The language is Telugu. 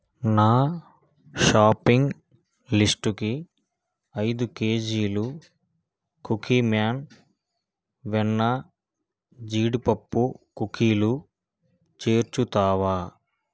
నా షాపింగ్ లిస్టు కి ఐదు కేజీలు కుకీమ్యాన్ వెన్న జీడిపప్పు కుకీలు చేర్చుతావా